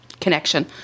connection